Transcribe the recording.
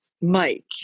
Mike